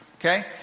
Okay